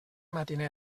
matiner